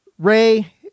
Ray